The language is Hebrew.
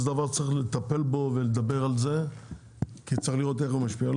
זה דבר שצריך לטפל בו ולדבר על זה כי צריך לראות איך הוא משפיע.